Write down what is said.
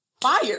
fire